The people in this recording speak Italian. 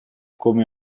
come